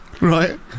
Right